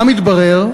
מה מתברר?